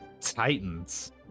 Titans